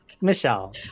Michelle